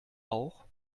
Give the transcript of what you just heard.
auch